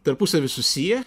tarpusavy susiję